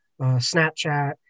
Snapchat